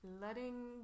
letting